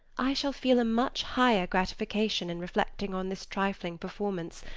i shall feel a much higher gratification in reflecting on this trifling performance,